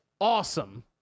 awesome